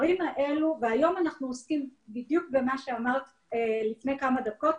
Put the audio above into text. היום אנחנו עוסקים בדיוק במה שאמרת לפני כמה דקות,